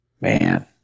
man